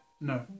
No